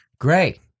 great